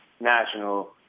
national